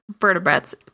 vertebrates